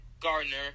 Gardner